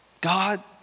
God